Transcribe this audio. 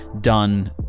done